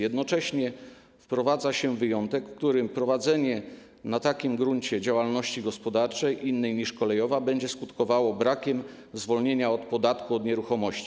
Jednocześnie wprowadza się wyjątek, w którym prowadzenie na takim gruncie działalności gospodarczej innej niż kolejowa będzie skutkowało brakiem zwolnienia od podatku od nieruchomości.